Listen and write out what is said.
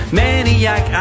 maniac